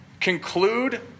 conclude